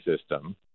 system